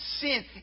sin